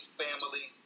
family